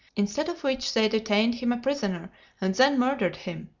instead of which they detained him a prisoner and then murdered him.